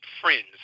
friends